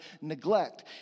neglect